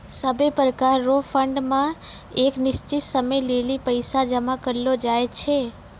सभै प्रकार रो फंड मे एक निश्चित समय लेली पैसा जमा करलो जाय छै